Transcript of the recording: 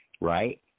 right